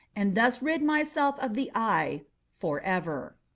and thus rid myself of the eye forever.